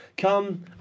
Come